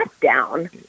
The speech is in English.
down